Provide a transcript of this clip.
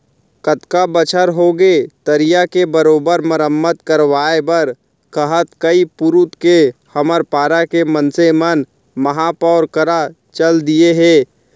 कतका बछर होगे तरिया के बरोबर मरम्मत करवाय बर कहत कई पुरूत के हमर पारा के मनसे मन महापौर करा चल दिये हें